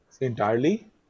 entirely